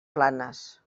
planes